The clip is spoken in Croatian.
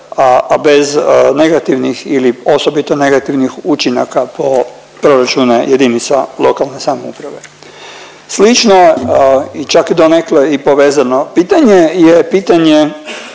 a bez negativnih ili osobito negativnih učinaka po proračune jedinica lokalne samouprave. Slično i čak i donekle i povezano pitanje je pitanje